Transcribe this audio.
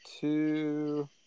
Two